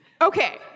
Okay